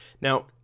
Now